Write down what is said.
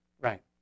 Right